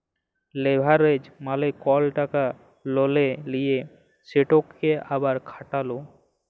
leverage মালে কল টাকা ললে লিঁয়ে সেটকে আবার খাটালো